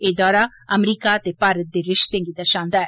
एह् दौरा अमरीका ते भारत दे रिश्तें गी दर्शांदा ऐ